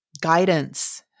guidance